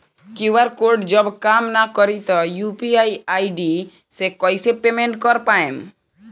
QR code जब काम ना करी त यू.पी.आई आई.डी से कइसे पेमेंट कर पाएम?